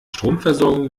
stromversorgung